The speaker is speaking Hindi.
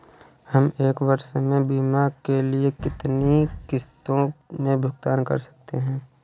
हम एक वर्ष में बीमा के लिए कितनी किश्तों में भुगतान कर सकते हैं?